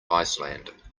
iceland